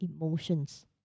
emotions